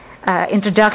Introduction